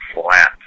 flat